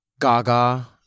Gaga